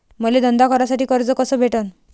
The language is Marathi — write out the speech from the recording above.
मले धंदा करासाठी कर्ज कस भेटन?